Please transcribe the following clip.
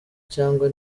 cyangwa